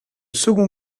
second